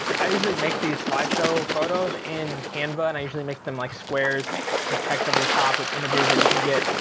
i usually make the slide photos in canva and i usually make them like squares with text over the top with images that you can get.